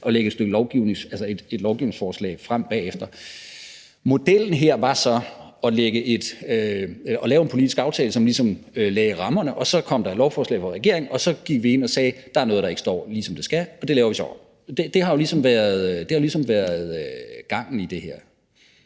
og lægge et lovgivningsforslag frem bagefter. Modellen her var så at lave en politisk aftale, som ligesom lagde rammerne, og så kom der et lovforslag fra regeringen, og så gik vi ind og sagde, at der er noget, der ikke står, som det skal, og det laver vi så om. Det har ligesom været gangen i det her.